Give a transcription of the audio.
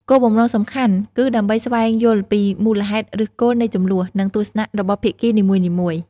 គោលបំណងសំខាន់គឺដើម្បីស្វែងយល់ពីមូលហេតុឫសគល់នៃជម្លោះ និងទស្សនៈរបស់ភាគីនីមួយៗ។